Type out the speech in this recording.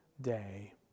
day